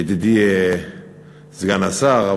ידידי סגן השר.